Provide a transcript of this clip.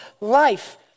life